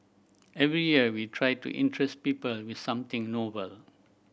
every year we try to interest people with something novel